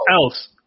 Else